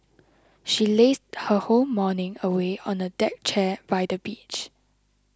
she lazed her whole morning away on a deck chair by the beach